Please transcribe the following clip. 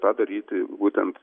tą daryti būtent